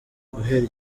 guhera